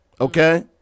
okay